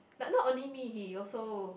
like not only me he also